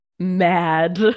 mad